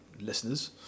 listeners